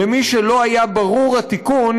למי שלא היה ברור התיקון,